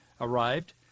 arrived